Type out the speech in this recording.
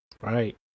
Right